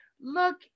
Look